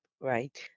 Right